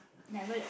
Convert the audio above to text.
never